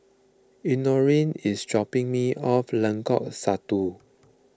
Elenore is dropping me off Lengkong Satu